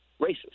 racist